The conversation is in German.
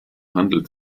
handel